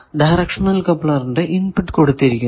directional കപ്ലറിന്റെ input കൊടുത്തിരിക്കുന്നു